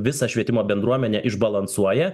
visą švietimo bendruomenę išbalansuoja